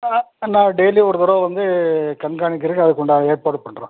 ஆ நான் டெய்லியும் ஒரு தடவ வந்து கண்காணிக்கிறதுக்கு அதுக்கு உண்டான ஏற்பாடு பண்ணுறேன்